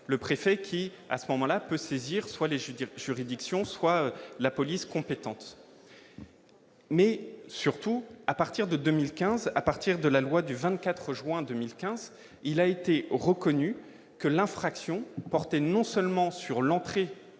le préfet qui à ce moment-là peut saisir soit les je dirais juridiction soit la police compétente mais surtout à partir de 2015 à partir de la loi du 24 juin 2015, il a été reconnu que l'infraction porté non seulement sur l'entrée